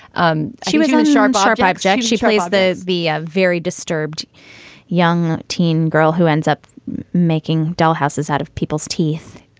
um she was sean sharp, like jackie she plays the b, a very disturbed young teen girl who ends up making dollhouses out of people's teeth.